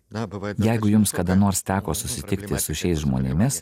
jeigu jums kada nors teko susitikti su šiais žmonėmis